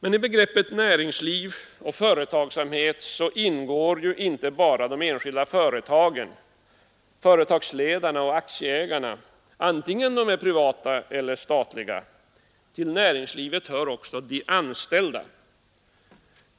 I begreppen näringsliv och företagsamhet ingår inte bara de enskilda företagen, företagsledarna och aktieägarna antingen de är privata eller statliga. Till näringslivet hör också de anställda.